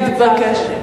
תבקש.